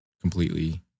completely